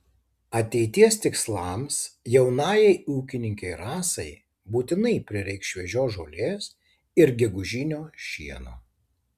ateities tikslams jaunajai ūkininkei rasai būtinai prireiks šviežios žolės ir gegužinio šieno